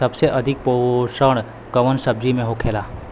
सबसे अधिक पोषण कवन सब्जी में होखेला?